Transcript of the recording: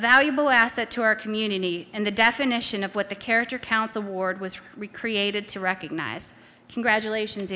valuable asset to our community and the definition of what the character counts award was recreated to recognize congratulations